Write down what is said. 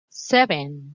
seven